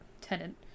tenant